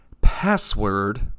password